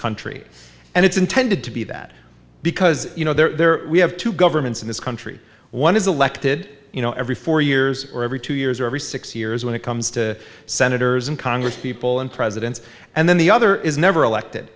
country and it's intended to be that because you know there we have two governments in this country one is elected you know every four years or every two years or every six years when it comes to senators and congresspeople and presidents and then the other is never elected